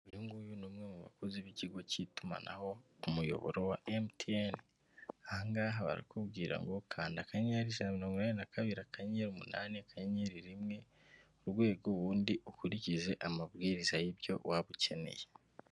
Uyu nguyu ni umwe mu bakozi b'ikigo cy'itumanaho umuyoboro wa MTN, aha ngaha barakubwira ngo kanda akanyenyeri ijana na mirongo inani na kabiri akanyenyeri umunani, akanyenyeri rimwe urwego, ubundi ukurikize amabwiriza y'ibyo waba ukeneye.